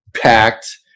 packed